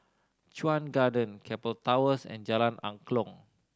Chuan Garden Keppel Towers and Jalan Angklong